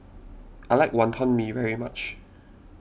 I like Wonton Mee very much